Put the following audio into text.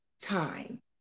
time